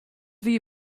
wie